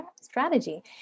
strategy